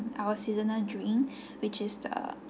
our seasonal drink which is the